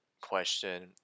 question